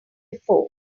before